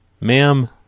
Ma'am